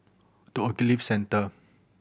The Ogilvy Centre